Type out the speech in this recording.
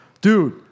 Dude